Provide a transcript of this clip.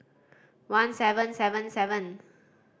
one seven sevent seven